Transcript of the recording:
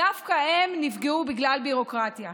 דווקא הם נפגעו בגלל ביורוקרטיה.